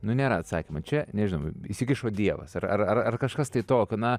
nu nėra atsakymo čia nežinau įsikišo dievas arar kažkas tai tokio na